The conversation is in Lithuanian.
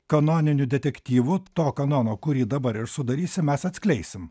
kanoninių detektyvų to kanono kurį dabar ir sudarysim mes atskleisim